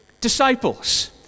disciples